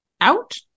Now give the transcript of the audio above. out